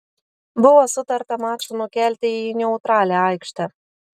buvo sutarta mačą nukelti į neutralią aikštę